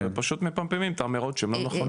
ופשוט מפמפמים את האמירות שהן לא נכונות.